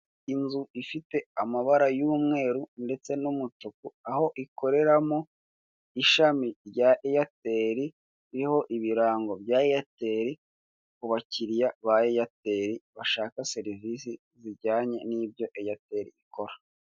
Inzu ifite amabara yumweru ndetse numutuku aho ikoreramo ishami rya airtel, iriho ibirango bya airtel, kubakiriya ba airtel bashaka servisi zijyanye nibyo airtel ikora.